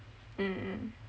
mm mm